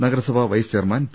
നഗരസഭ vice chairman P